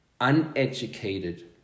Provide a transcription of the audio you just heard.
uneducated